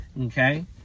Okay